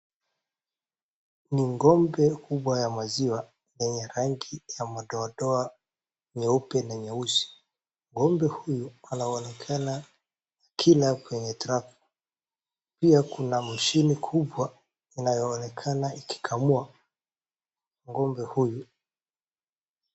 Ni ng`ombe kubwa ya maziwa yenye rangi ya madoadoa nyeupe na nyeusi.Ng`ombe huyu anaonekana kila kwenye taka. Pia kuna mashine kubwa inayoonekana ikikamua ng`ombe huyo.